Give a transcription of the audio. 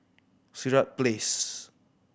Sirat Place